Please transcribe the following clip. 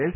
S